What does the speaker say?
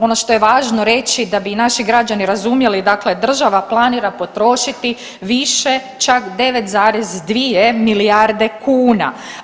Ono što je važno reći da bi i naši građani razumjeli dakle država planira potrošiti više čak 9,2 milijarde kuna.